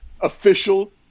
official